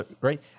right